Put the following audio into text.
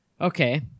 Okay